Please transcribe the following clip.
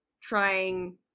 trying